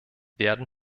werden